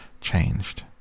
changed